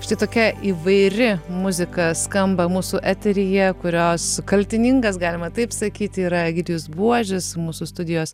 štai tokia įvairi muzika skamba mūsų eteryje kurios kaltininkas galima taip sakyti yra egidijus buožis mūsų studijos